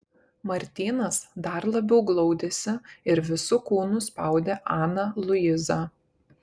martynas dar labiau glaudėsi ir visu kūnu spaudė aną luizą